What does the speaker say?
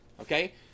Okay